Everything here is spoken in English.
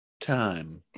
time